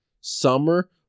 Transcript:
summer